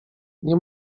nie